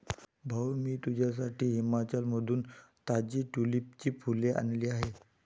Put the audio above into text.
भाऊ, मी तुझ्यासाठी हिमाचलमधून ताजी ट्यूलिपची फुले आणली आहेत